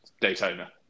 Daytona